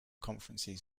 conferences